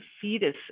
fetus